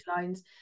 loans